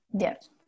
Yes